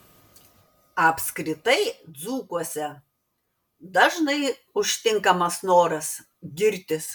apskritai dzūkuose dažnai užtinkamas noras girtis